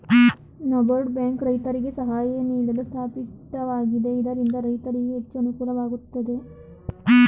NABARD bank ರೈತರಿಗೆ ಸಹಾಯ ನೀಡಲು ಸ್ಥಾಪಿತವಾಗಿದೆ ಇದರಿಂದ ರೈತರಿಗೆ ಹೆಚ್ಚು ಅನುಕೂಲವಾಗುತ್ತದೆ